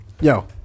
Yo